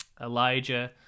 Elijah